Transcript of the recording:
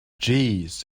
jeez